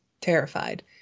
terrified